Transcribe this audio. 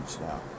now